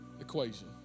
equation